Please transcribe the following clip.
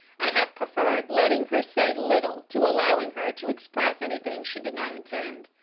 i have preferred letting her say little to allowing her to express anything she did not intend.